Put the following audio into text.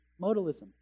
modalism